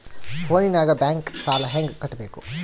ಫೋನಿನಾಗ ಬ್ಯಾಂಕ್ ಸಾಲ ಹೆಂಗ ಕಟ್ಟಬೇಕು?